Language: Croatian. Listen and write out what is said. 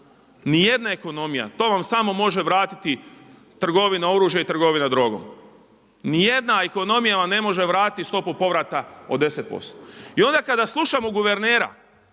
nijedna ekonomija, to vam samo može vratiti trgovina oružjem i trgovina drogom. Nijedna ekonomija vam ne može vratiti stopu povrata od 10%. I onda kada slušamo guvernera